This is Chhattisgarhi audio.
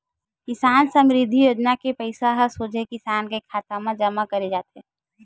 किसान समरिद्धि योजना के पइसा ह सोझे किसान के खाता म जमा करे जाथे